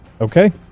Okay